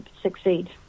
succeed